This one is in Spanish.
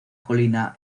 colina